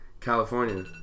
California